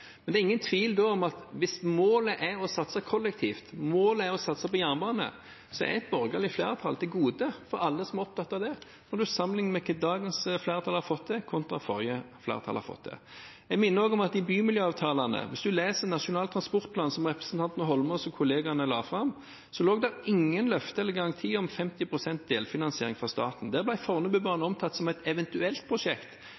er det ingen tvil om at hvis målet er å satse på kollektiv og å satse på jernbane, er et borgerlig flertall det gode for alle som er opptatt av det, når man sammenligner hva dagens flertall har fått til, med hva det forrige flertallet fikk til. Jeg vil også minne om at i bymiljøavtalene lå det ingen løfter eller garantier om 50 pst. delfinansiering fra staten, hvis man leser Nasjonal transportplan, som representanten Eidsvoll Holmås og kollegene hans la fram. Der